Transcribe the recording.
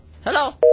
Hello